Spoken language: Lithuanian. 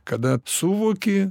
kada suvoki